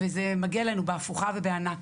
וזה מגיע אלינו בהפוכה ובענק.